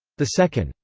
the second,